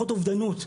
פחות אובדנות,